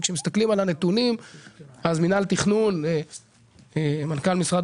אם מסתכלים על הנתונים רואים שבמינהל התכנון - מנכ"ל משרד